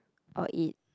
or eat